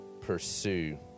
pursue